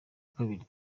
kabiri